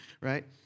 Right